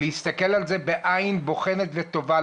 להסתכל על זה בעין בוחנת וטובה,